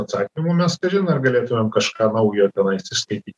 atsakymų mes kažin ar galėtumėm kažką naujo tenai įsiskaityti